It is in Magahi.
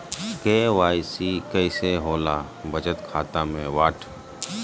के.वाई.सी कैसे होला बचत खाता में?